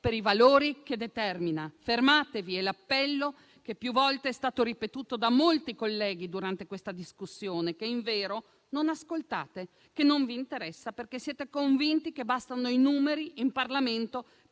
per i valori che determina. Fermatevi: è l'appello che più volte è stato ripetuto da molti colleghi durante questa discussione e che invero non ascoltate, che non vi interessa, perché siete convinti che bastino i numeri in Parlamento